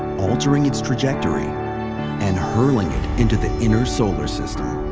altering its trajectory and hurling it into the inner solar system.